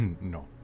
No